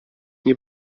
nie